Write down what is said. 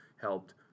helped